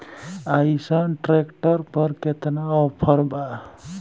अइसन ट्रैक्टर पर केतना ऑफर बा?